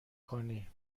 کنی